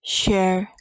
share